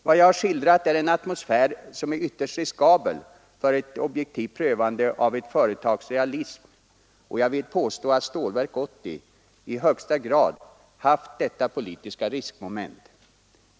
Vad jag har skildrat är en atmosfär som är ytterst riskabel för ett objektivt prövande av ett företags realism, och jag vill påstå att Stålverk 80 i högsta grad haft detta politiska riskmoment.